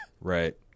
Right